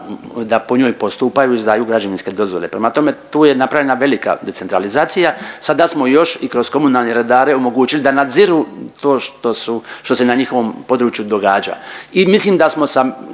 da po njoj postupaju izdaju građevinske dozvole. Prema tome tu je napravljena velika decentralizacija. Sada smo još i komunalne redare omogućili da nadziru to što su, što se na njihovom području događa i mislim da smo sa